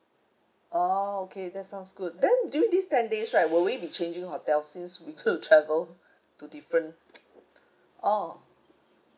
orh okay that sounds good then during this ten days right will we be changing hotel since we going to travel to different orh